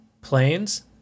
planes